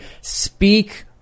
speak